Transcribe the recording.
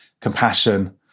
compassion